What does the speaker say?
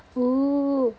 !woo!